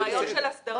הרעיון של הסדרה